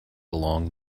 along